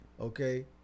okay